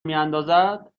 میاندازد